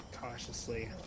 cautiously